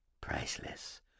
Priceless